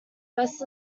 rest